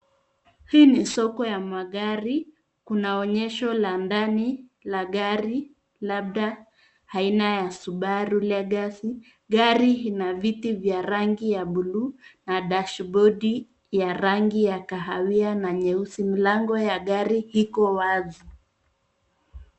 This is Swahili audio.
Hii ni soko ya magari. Kuna onyesho la ndani, la gari, labda, aina ya Subaru Legacy. Gari ina viti vya rangi ya bluu na dashbodi ya rangi ya kahawia na nyeusi. Mlango ya gari iko wazi.